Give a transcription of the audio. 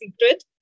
Secret